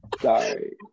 Sorry